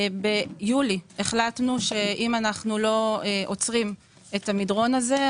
ביולי החלטנו שאם אנחנו לא עוצרים במדרון הזה,